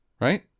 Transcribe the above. Right